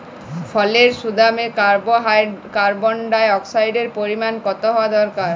ফলের গুদামে কার্বন ডাই অক্সাইডের পরিমাণ কত হওয়া দরকার?